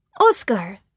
Oscar